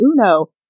Uno